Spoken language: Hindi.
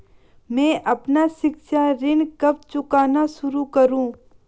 मैं अपना शिक्षा ऋण कब चुकाना शुरू करूँ?